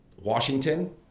Washington